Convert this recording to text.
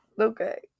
Okay